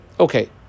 Okay